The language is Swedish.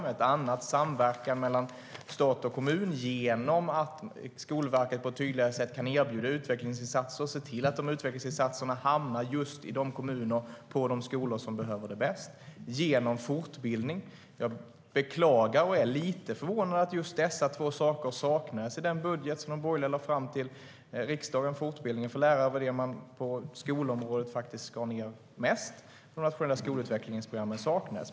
Vi måste också gå vidare med samverkan mellan stat och kommun genom att Skolverket på ett tydligare sätt kan erbjuda utvecklingsinsatser och se till att de hamnar just i de kommuner och på de skolor som behöver det mest samt genom fortbildning. Jag beklagar och är lite förvånad över att just dessa två saker saknades i den budget som de borgerliga lade fram till riksdagen. Fortbildningen för lärare skar man faktiskt ned mest på inom skolområdet. Och nationella skolutvecklingsprogram saknades.